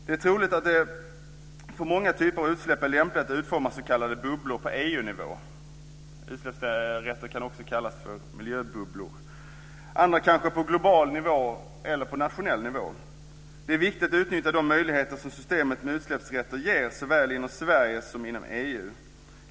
Det är troligt att det för många typer av utsläpp är lämpligt att utforma s.k. bubblor på EU-nivå - utsläppsrätter kan också kallas miljöbubblor - och för andra kanske på global eller nationell nivå. Det är viktigt att utnyttja de möjligheter systemet med utsläppsrätter ger såväl inom Sverige som inom EU.